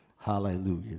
Hallelujah